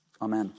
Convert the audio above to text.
Amen